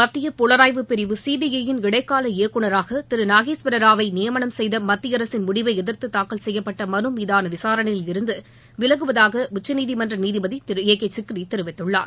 மத்திய புலனாய்வுப் பிரிவு சிபிஜயின் இடைக்கால இயக்குனராக திரு நாகேஸ்வரராவை நியமனம் செய்த மத்திய அரசின் முடிவை எதிர்த்து தாக்கல் செய்யப்பட்ட மனு மீதான விசாரணையில் இருந்து விலகுவதாக உச்சநீதிமன்ற நீதிபதி திரு ஏ கே சிக்ரி தெரிவித்துள்ளார்